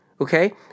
okay